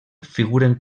figuren